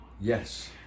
Yes